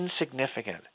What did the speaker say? insignificant